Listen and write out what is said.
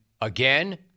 Again